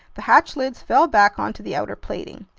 the hatch lids fell back onto the outer plating.